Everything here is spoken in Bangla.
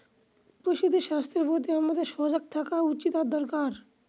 পশুদের স্বাস্থ্যের প্রতি আমাদের সজাগ থাকা উচিত আর দরকার